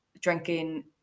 drinking